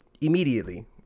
immediately